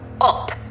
up